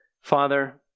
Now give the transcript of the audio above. Father